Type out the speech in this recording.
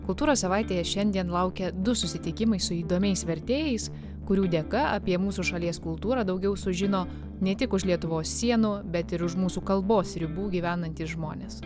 kultūros savaitėje šiandien laukia du susitikimai su įdomiais vertėjais kurių dėka apie mūsų šalies kultūrą daugiau sužino ne tik už lietuvos sienų bet ir už mūsų kalbos ribų gyvenantys žmonės